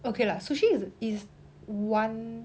okay lah sushi is is one